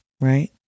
right